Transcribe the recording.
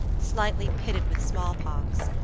slightly pitted with smallpox,